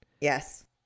Yes